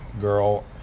girl